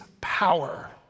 power